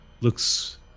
looks